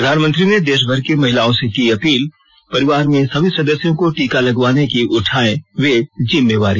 प्रधानमंत्री ने देशभर की महिलाओं से की अपील परिवार में सभी सदस्यों को टीका लगवाने की उठायें वे जिम्मेवारी